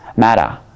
matter